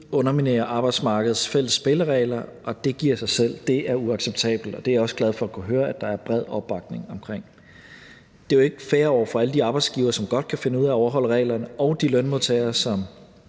underminerer arbejdsmarkedets fælles spilleregler, og det giver så selv, at det er uacceptabelt, og det er jeg også glad for at kunne høre der er bred opbakning omkring. Det er jo ikke fair over for alle de arbejdsgivere, som godt kan finde ud af at overholde reglerne, og de lønmodtagere, som